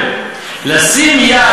לשים יד,